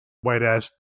white-ass